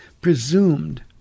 presumed